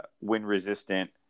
wind-resistant